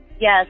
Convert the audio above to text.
Yes